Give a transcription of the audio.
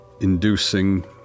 inducing